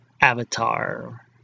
Avatar